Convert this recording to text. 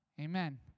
Amen